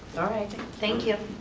alright, thank you.